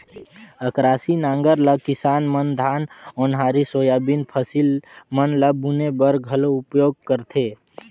अकरासी नांगर ल किसान मन धान, ओन्हारी, सोयाबीन फसिल मन ल बुने बर घलो उपियोग करथे